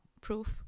proof